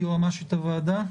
יועמ"שית הוועדה.